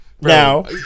now